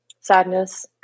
Sadness